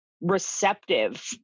receptive